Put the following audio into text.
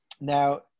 Now